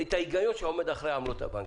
את ההיגיון שעומד מאחורי עמלות הבנקים.